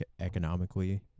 economically